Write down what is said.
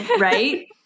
Right